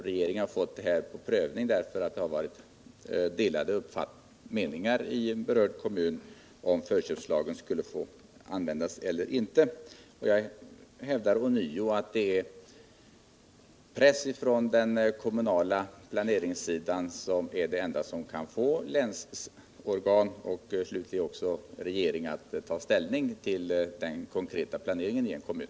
Regeringen har fått den aktuella frågan för prövning, därför att det har rått delade meningar i den berörda kommunen, om förköpslagen skulle användas eller ej. Jag hävdar ånyo att pressen från den kommunala planeringens sida är det enda som kan få länsorgan, och slutligen också regeringen, att ta ställning till den konkreta planeringen i en kommun.